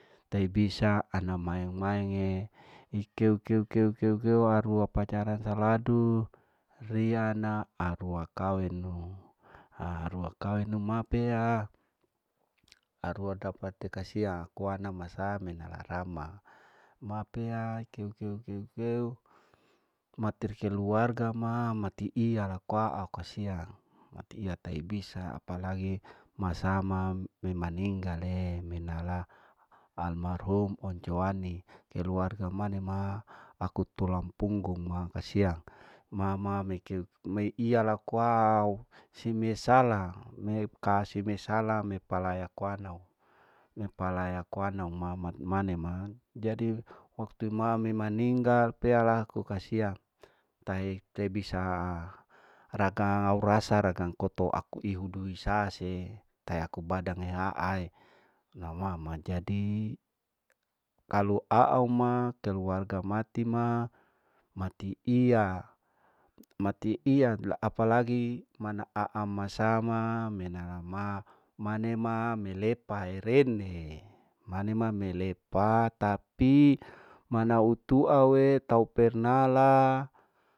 Tai bisa karna maeng maeng ee ikeu keu keu keu keu arua pacarane terladu riya na arua kawenu, arua kawenu ma pea arua dapate kasiang kuana masa menala rama mapea ikeu keu keu keu matir keluarga ma mati iya laku aa kasiang matia tahi bisa apalagi masama memaninggale menala almarhun onco wani keluarga mane ma aku tulang punggung ma kasiang mama me keu mei iya laku au seme sala mekasi me sala me palai aku anau, me palai aku anau ma mane ma jadi waktu ma memaninggal tea laku kasiang tahei tei bisa aha raka au asa ragang oto ihudui saasei teaku badange aa eina mama jadi kalu aau ma keluarga mati ma mati iya, mati iya la apalagimana aama sama menalama manema melepae rene manema melepa tati nautuawe tau pernala.